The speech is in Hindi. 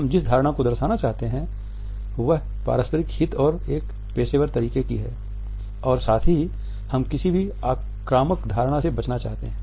हम जिस धारणा को दर्शाना चाहते हैं वह पारस्परिक हित और एक पेशेवर तरीके की है और साथ ही हम किसी भी आक्रामक धारणा से बचना चाहते हैं